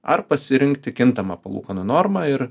ar pasirinkti kintamą palūkanų normą ir